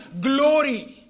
glory